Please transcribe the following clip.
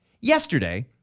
yesterday